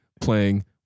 playing